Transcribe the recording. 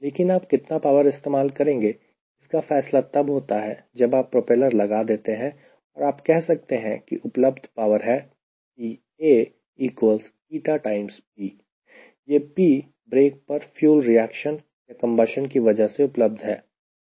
लेकिन आप कितना पावर इस्तेमाल करेंगे इसका फैसला तब होता है जब आप प्रोपेलर लगा देते हैं और आप कह सकते हैं की उपलब्द पावर है यह P ब्रेक पर फ्यूल रिएक्शन या कंबशन की वजह से उपलब्ध है